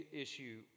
issue